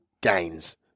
gains